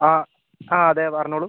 ആ ആ അതെ പറഞ്ഞോളൂ